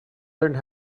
learned